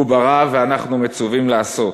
הוא ברא, ואנחנו מצווים לעשות,